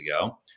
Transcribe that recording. ago